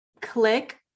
click